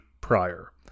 prior